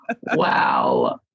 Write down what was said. Wow